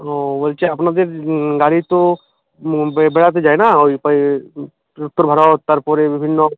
ও বলছি আপনাদের গাড়ি তো বেড়াতে যায় না ওই তারপরে বিভিন্ন